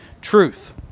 truth